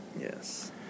Yes